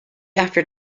after